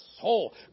soul